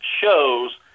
shows